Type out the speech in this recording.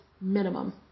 minimum